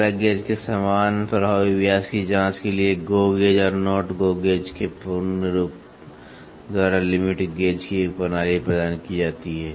plug gauge के समान प्रभावी व्यास की जांच के लिए GO गेज और NOT GO गेज के पूर्ण रूप द्वारा लिमिट गेज की एक प्रणाली प्रदान की जाती है